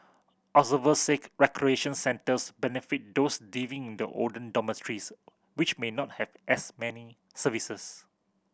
observers seek recreation centres benefit those living in the older dormitories which may not have as many services